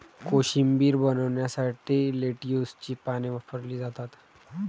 कोशिंबीर बनवण्यासाठी लेट्युसची पाने वापरली जातात